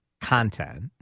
content